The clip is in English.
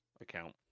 account